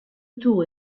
tour